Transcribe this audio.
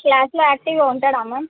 క్లాస్లో యాక్టివ్గా ఉంటాడా మ్యామ్